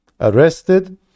arrested